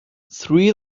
three